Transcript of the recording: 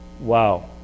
Wow